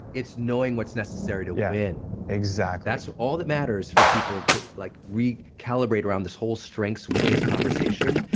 it's knowing what's necessary to win exactly that's all that matters for people to like recalibrate around this whole strengths weakness conversation.